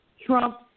Trump